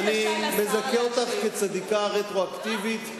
אני מזכה אותך כצדיקה רטרואקטיבית.